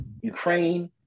Ukraine